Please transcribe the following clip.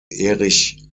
erich